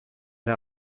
der